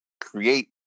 create